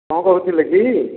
କ'ଣ କହୁଥିଲେ କି